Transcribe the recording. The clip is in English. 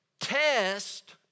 test